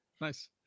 Nice